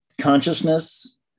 consciousness